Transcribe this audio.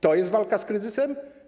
To jest walka z kryzysem?